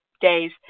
days